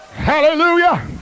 hallelujah